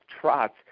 Trots